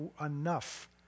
enough